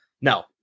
no